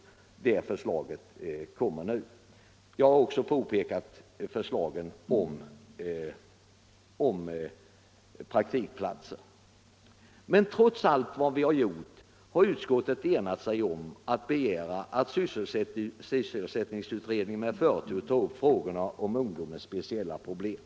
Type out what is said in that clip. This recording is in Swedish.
Jag har också pekat på förslaget om praktikplatser. Men trots allt som gjorts har utskottet enats om att begära att sysselsättningsutredningen med förtur skall ta upp frågorna om ungdomens speciella problem.